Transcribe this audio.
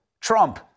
Trump